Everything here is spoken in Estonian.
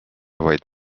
vaid